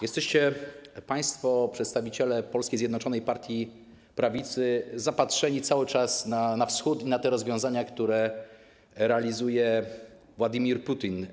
Jesteście państwo, przedstawiciele Polskiej Zjednoczonej Partii Prawicy, zapatrzeni cały czas na Wschód i na te rozwiązania, które realizuje w Rosji Władimir Putin.